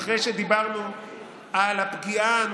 אדוני, אתה כבר בקריאה שנייה לסדר.